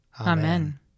Amen